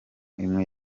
imwe